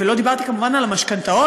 ולא דיברתי כמובן על המשכנתאות,